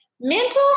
Mental